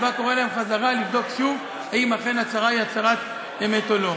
הצבא קורא להן חזרה לבדוק שוב האם אכן ההצהרה היא הצהרת אמת או לא.